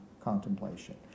contemplation